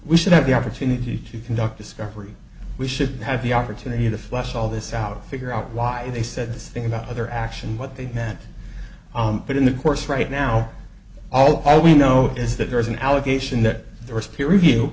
we should have the opportunity to conduct discovery we should have the opportunity to flesh all this out figure out why they said this thing about their action what they meant but in the course right now all we know is that there is an allegation that there was peer review